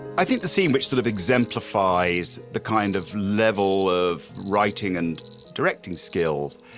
i think the scene, which sort of exemplifies the kind of level of writing and directing skills,